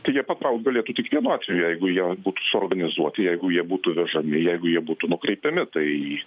tai jie patraukt galėtų tik vienu atveju jeigu jie būtų suorganizuoti jeigu jie būtų vežami jeigu jie būtų nukreipiami tai